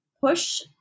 push